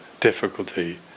difficulty